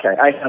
okay